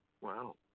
Wow